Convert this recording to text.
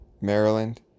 Maryland